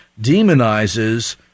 demonizes